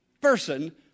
person